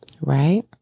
right